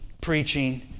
preaching